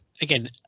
again